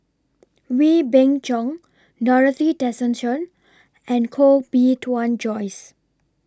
Wee Beng Chong Dorothy Tessensohn and Koh Bee Tuan Joyce